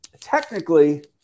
technically